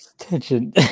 Attention